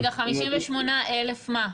58,000 מה?